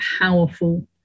powerful